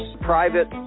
private